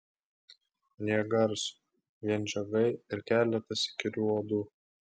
nė garso vien žiogai ir keletas įkyrių uodų